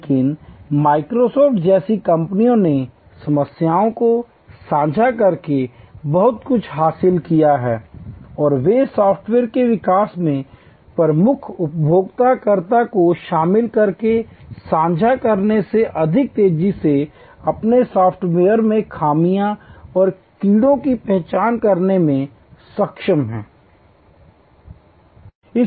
लेकिन Microsoft जैसी कंपनियों ने समस्याओं को साझा करके बहुत कुछ हासिल किया है और वे सॉफ्टवेयर के विकास में प्रमुख उपयोगकर्ताओं को शामिल करके साझा करने से अधिक तेजी से अपने सॉफ़्टवेयर में खामियों और कीड़े की पहचान करने में सक्षम हैं